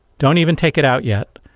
don't even take it out yet.